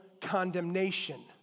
condemnation